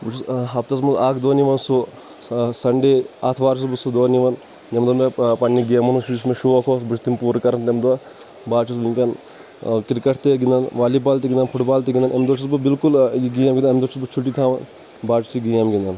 بہٕ چھُس ہَفتَس منٛز اَکھ دۄہ نِوان سُہ سَنڈے اَتھوار چھُس بہٕ سُہ دۄہ نِوان ییٚمہِ دۄہ مےٚ پَننہِ گیمو منٛز سُہ یُس مےٚ شوق اُوس بہٕ چھُس تِم پورٕ کران تِمہِ دۄہ بعض چھُس بہٕ گنٛدان کرکَٹ تہِ گِنٛدان والِی بال تہِ گِنٛدان فُٹ بال تہِ گنٛدان امہِ دۄہ چھُس بہٕ بِلکُل یہِ گیم گِندان امہِ دۄہ چھُس بہٕ چھُٹِی تھاوان بہٕ حظ چھُس یہِ گیم گِنٛدان